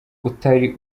utari